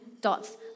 dots